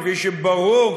כפי שברור,